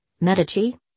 medici